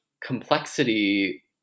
complexity